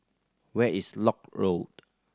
where is Lock Road